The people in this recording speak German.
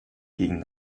gegen